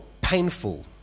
painful